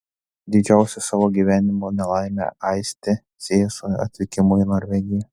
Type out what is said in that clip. didžiausią savo gyvenimo nelaimę aistė sieja su atvykimu į norvegiją